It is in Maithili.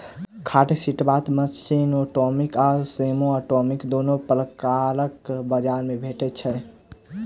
खाद छिटबाक मशीन औटोमेटिक आ सेमी औटोमेटिक दुनू प्रकारक बजार मे भेटै छै